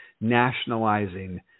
nationalizing